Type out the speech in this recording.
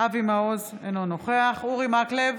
אבי מעוז, אינו נוכח אורי מקלב,